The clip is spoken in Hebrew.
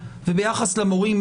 ביחס למורים,